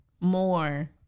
more